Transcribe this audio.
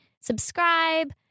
Subscribe